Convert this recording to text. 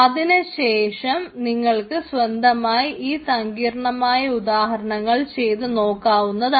അതിനുശേഷം നിങ്ങൾക്ക് സ്വന്തമായി ഈ സങ്കീർണമായ ഉദാഹരണങ്ങൾ ചെയ്തു നോക്കാവുന്നതാണ്